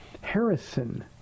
Harrison